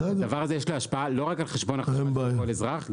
לדבר הזה יש השפעה לא רק על חשבון החשמל של כל אזרח,